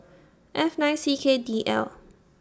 F nine C K D L